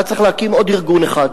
היה צריך להקים עוד ארגון אחד,